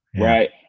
right